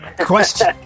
Question